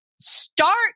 start